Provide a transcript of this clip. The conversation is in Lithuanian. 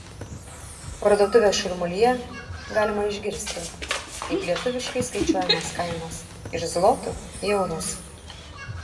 parduotuvės šurmulyje galima išgirsti kaip lietuviškai skaičiuojamos kainos iš zlotų į eurus